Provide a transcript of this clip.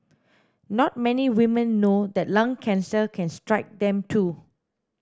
not many women know that lung cancer can strike them too